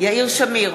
יאיר שמיר,